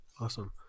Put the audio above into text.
Awesome